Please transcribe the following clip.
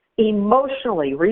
emotionally